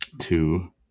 two